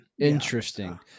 interesting